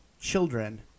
children